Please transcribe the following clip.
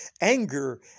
anger